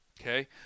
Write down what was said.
Okay